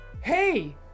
Hey